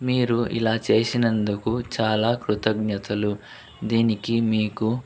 మీరు ఇలా చేసినందుకు చాలా కృతజ్ఞతలు దీనికి మీకు